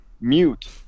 mute